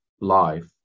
life